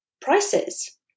prices